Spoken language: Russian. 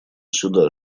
сюда